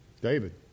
David